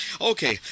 Okay